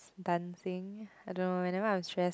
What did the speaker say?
dancing I don't know when that one I'm stressed